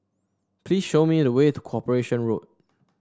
please show me the way to Corporation Road